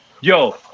yo